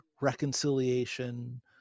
reconciliation